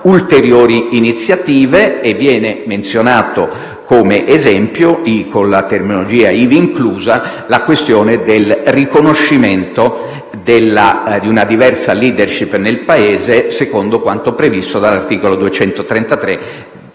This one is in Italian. ulteriori iniziative. Viene menzionato come esempio, con la terminologia «ivi inclusa», la questione del riconoscimento di una diversa *leadership* nel Paese, secondo quanto previsto dall'articolo 233